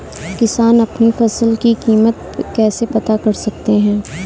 किसान अपनी फसल की कीमत कैसे पता कर सकते हैं?